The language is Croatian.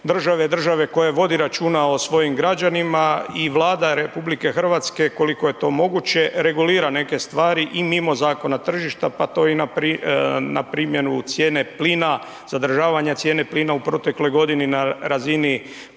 države koja vodi računa o svojim građanima i Vlada RH koliko je to moguće regulira neke stvari i mimo zakona tržišta. Pa to je i na primjenu cijene plina, zadržavanja cijene plina u protekloj godini na razini koja